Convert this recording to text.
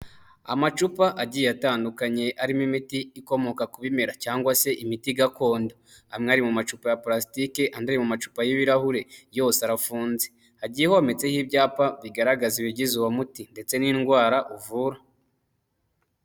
Amacupa agiye atandukanye arimo imiti ikomoka ku bimera cg se imiti gakondo, amwe ari mu macupa ya purasitike andi ari mu macupa y'ibirahure yose arafunze, hagiye hometseho ibyapa bigaragaza ibigize uwo muti ndetse n'indwara uvura.